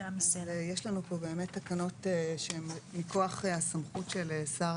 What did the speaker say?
יש לנו פה באמת תקנות שהן מכוח הסמכות של שר